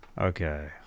Okay